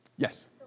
Yes